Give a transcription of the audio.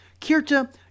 Kirta